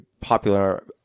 popular